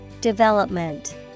Development